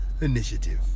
initiative